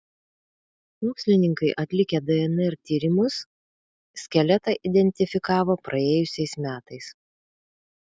mokslininkai atlikę dnr tyrimus skeletą identifikavo praėjusiais metais